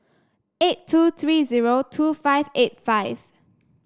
eight two three zero two five eight five